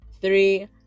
Three